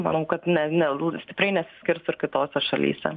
manau kad ne ne stipriai nesiskirs ir kitose šalyse